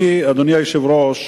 אדוני היושב-ראש,